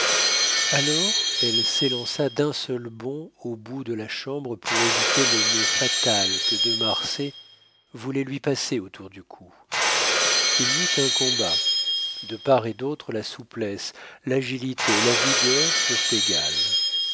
alors elle s'élança d'un seul bond au bout de la chambre pour éviter le nœud fatal que de marsay voulait lui passer autour du cou il y eut un combat de part et d'autre la souplesse l'agilité la vigueur furent égales